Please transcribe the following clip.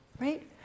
right